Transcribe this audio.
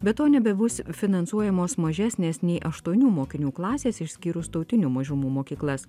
be to nebebus finansuojamos mažesnės nei aštuonių mokinių klasės išskyrus tautinių mažumų mokyklas